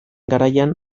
garaian